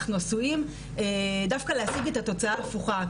אנחנו עשויים דווקא להשיג את התוצאה ההפוכה.